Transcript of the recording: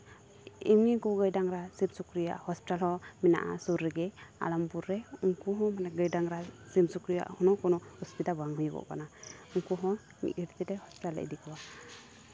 ᱮᱢᱱᱤ ᱠᱚ ᱜᱟᱹᱭ ᱰᱟᱝᱨᱟ ᱥᱤᱢ ᱥᱩᱠᱨᱤᱭᱟᱜ ᱦᱚᱥᱯᱤᱴᱟᱞ ᱦᱚᱸ ᱢᱮᱱᱟᱜᱼᱟ ᱥᱩᱨ ᱨᱮᱜᱮ ᱟᱞᱚᱢᱯᱩᱨ ᱨᱮ ᱩᱱᱠᱩ ᱦᱚᱸ ᱢᱟᱱᱮ ᱜᱟᱹᱭ ᱰᱟᱝᱨᱟ ᱥᱤᱢ ᱥᱩᱠᱨᱤ ᱨᱮᱭᱟᱜ ᱦᱚᱸ ᱠᱳᱱᱳ ᱚᱥᱩᱵᱤᱫᱟ ᱵᱟᱝ ᱦᱩᱭᱩᱜᱚᱜ ᱠᱟᱱᱟ ᱩᱱᱠᱩ ᱦᱚᱸ ᱢᱤᱫ ᱜᱷᱟᱹᱲᱤᱡ ᱛᱮ ᱦᱚᱥᱯᱤᱴᱟᱞ ᱞᱮ ᱤᱫᱤ ᱠᱚᱣᱟ